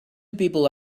people